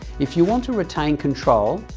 if you want to retain control,